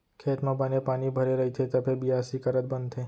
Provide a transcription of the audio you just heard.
खेत म बने पानी भरे रइथे तभे बियासी करत बनथे